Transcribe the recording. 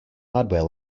hardware